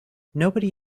nobody